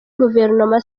guverinoma